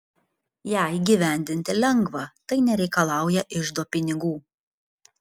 ją įgyvendinti lengva tai nereikalauja iždo pinigų